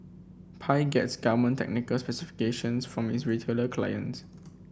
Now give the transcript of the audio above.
pie gets garment technical specifications from is retailer clients